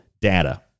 data